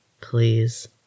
Please